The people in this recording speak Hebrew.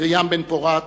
מרים בן-פורת,